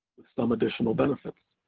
with some additional benefits.